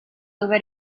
dove